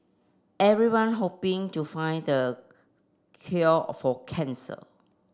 everyone hoping to find the cure for cancer